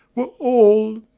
were, all,